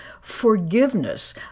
Forgiveness